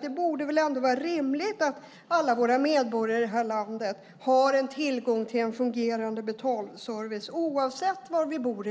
Det är väl rimligt att alla medborgare i landet har tillgång till en fungerande betalservice oavsett var man bor.